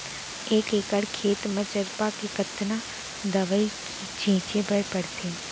एक एकड़ खेत म चरपा के कतना दवई छिंचे बर पड़थे?